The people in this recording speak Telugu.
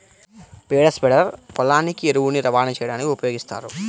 పేడ స్ప్రెడర్ పొలానికి ఎరువుని రవాణా చేయడానికి వినియోగిస్తారు